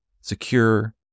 secure